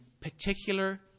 particular